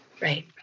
Right